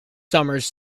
summers